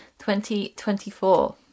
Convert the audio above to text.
2024